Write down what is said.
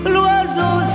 L'oiseau